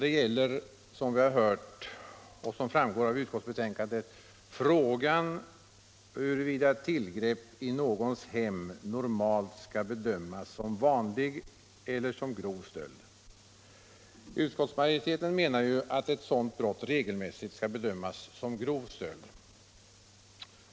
Det gäller, som vi har hört och som framgår av utskottsbetänkandet, frågan huruvida tillgrepp i någons hem normalt skall bedömas som vanlig stöld eller som grov stöld. Utskottsmajoriteten menar att ett sådant brott regelmässigt skall bedömas som grov stöld.